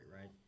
right